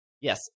Yes